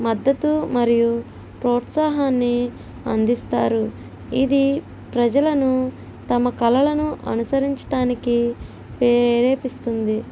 మద్దతు మరియు ప్రోత్సాహాన్ని అందిస్తారు ఇది ప్రజలను తమ కళలను అనుసరించడానికి ప్రేరేపిస్తుంది